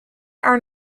are